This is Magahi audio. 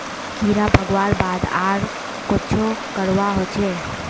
कीड़ा भगवार बाद आर कोहचे करवा होचए?